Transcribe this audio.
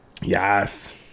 Yes